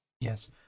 yes